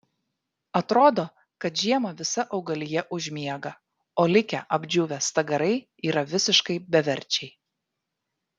atrodo kad žiemą visa augalija užmiega o likę apdžiūvę stagarai yra visiškai beverčiai